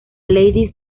ladies